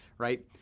right?